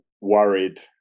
worried